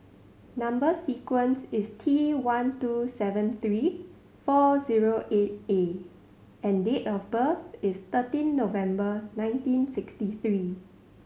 number sequence is T one two seven three four zero eight A and date of birth is thirteen November nineteen sixty three